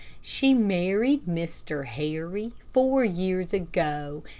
she married mr. harry four years ago,